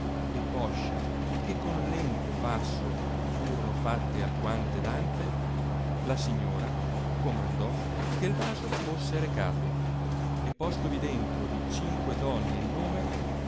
e poscia che con lento passo furono fatte alquante danze la signora comandò che vaso fosse recato e postovi dentro di cinque donne il nome